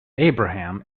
abraham